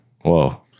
Whoa